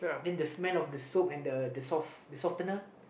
then the smell of the soap and the the softener